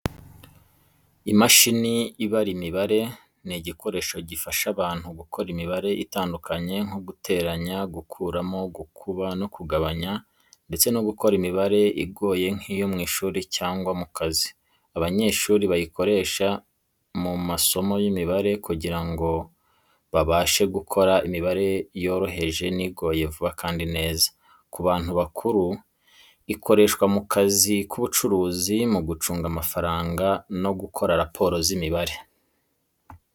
Imashini ibara imibare ni igikoresho gifasha abantu gukora imibare itandukanye nko guteranya, gukuramo, gukuba no kugabanya, ndetse no gukora imibare igoye nk’iyo mu ishuri cyangwa ku kazi. Abanyeshuri bayikoresha mu masomo y’imibare kugira ngo babashe gukora imibare yoroheje n’igoye vuba kandi neza. Ku bantu bakuru, ikoreshwa mu kazi k’ubucuruzi, mu gucunga amafaranga no gukora raporo z’imibare.